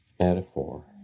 metaphor